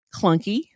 clunky